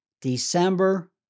December